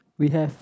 we have